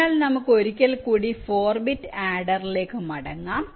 അതിനാൽ നമുക്ക് ഒരിക്കൽ കൂടി 4 ബിറ്റ് ആഡറിലേക്ക് മടങ്ങാം